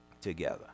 together